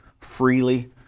freely